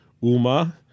Uma